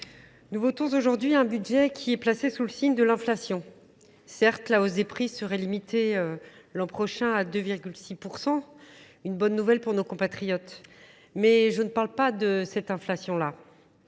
Nous votons aujourd'hui un budget qui est placé sous le signe de l'inflation. Certes, la hausse des prix serait limitée l'an prochain à 2,6 %, une bonne nouvelle pour nos compatriotes. Mais je ne parle pas de cette inflation-là.